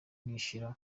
nishira